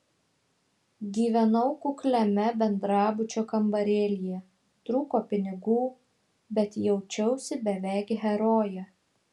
gyvenau kukliame bendrabučio kambarėlyje trūko pinigų bet jaučiausi beveik heroje